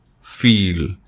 feel